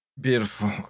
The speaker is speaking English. Beautiful